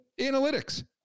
Analytics